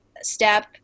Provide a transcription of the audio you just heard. step